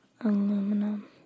Aluminum